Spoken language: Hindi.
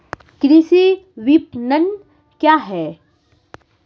कृषि विपणन क्या है?